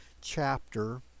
chapter